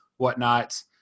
Whatnot